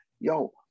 Yo